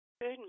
Good